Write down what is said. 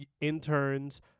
interns